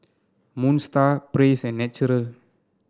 Moon Star Praise and Naturel